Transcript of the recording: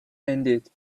ended